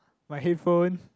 my headphone